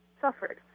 suffered